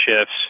shifts